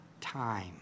Time